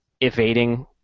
evading